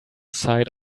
side